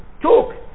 talk